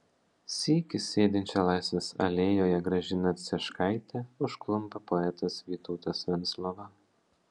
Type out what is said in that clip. sykį sėdinčią laisvės alėjoje gražiną cieškaitę užklumpa poetas vytautas venclova